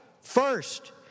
First